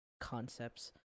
concepts